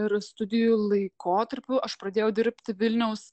ir studijų laikotarpiu aš pradėjau dirbti vilniaus